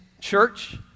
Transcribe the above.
church